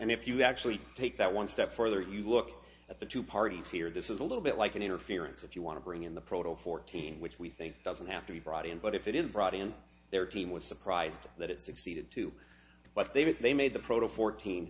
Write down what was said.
and if you actually take that one step further you look at the two parties here this is a little bit like an interference if you want to bring in the proto fourteen which we think doesn't have to be brought in but if it is brought in their team was surprised that it succeeded to what they did they made the proto fourteen